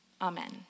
Amen